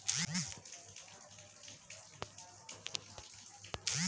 angel निवेशक भविष्य की कंपनियों की आर्थिक रूप से सहायता कर सकते हैं